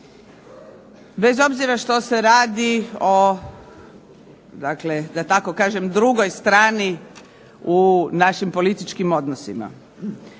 Bez obzira što se radi o da tako kažem drugoj strani u našim političkim odnosima,